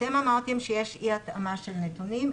אמרתם שיש אי-התאמה של נתונים.